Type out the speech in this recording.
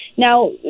Now